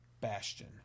Bastion